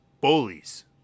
bullies